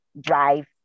drive